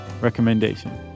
recommendation